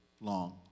long